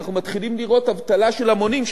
כשאנחנו מתחילים לראות אבטלה של המונים,